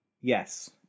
Yes